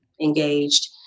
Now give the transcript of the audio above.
engaged